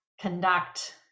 conduct